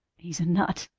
he's a nut!